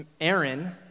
Aaron